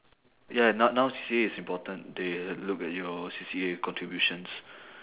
ya no~ now C_C_A is important they l~ look at your C_C_A contributions